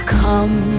come